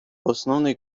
основний